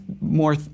more